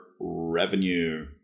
revenue